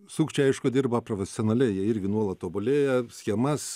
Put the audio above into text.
sukčiai aišku dirba profesionaliai jie irgi nuolat tobulėja schemas